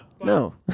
No